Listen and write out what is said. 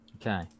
Okay